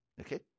Okay